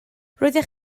roeddech